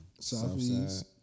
Southeast